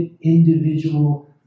individual